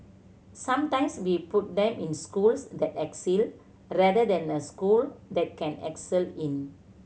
sometimes we put them in schools that excel rather than a school that can excel in